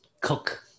cook